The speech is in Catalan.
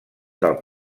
del